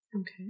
Okay